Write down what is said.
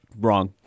wrong